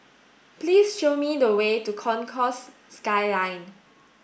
please show me the way to Concourse Skyline